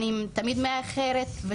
אני תמיד מאחרת.